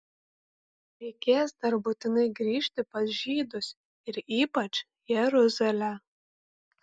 reikės dar būtinai grįžti pas žydus ir ypač jeruzalę